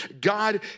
God